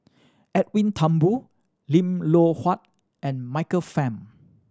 Edwin Thumboo Lim Loh Huat and Michael Fam